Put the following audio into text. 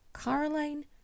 Caroline